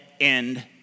end